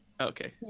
okay